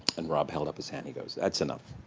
and rob held up his hand, he goes, that's enough.